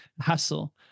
hustle